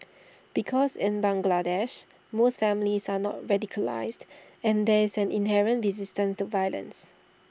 because in Bangladesh most families are not radicalised and there is an inherent resistance to violence